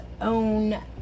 own